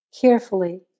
Carefully